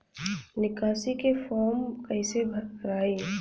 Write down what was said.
निकासी के फार्म कईसे भराई?